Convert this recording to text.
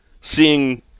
seeing